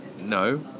no